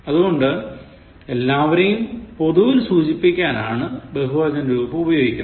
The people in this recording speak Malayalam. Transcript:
അതുകൊണ്ട് എല്ലാവരെയും പൊതുവിൽ സൂചിപ്പിക്കാനാണ് ബഹുവചന രൂപം ഉപയോഗിക്കുന്നത്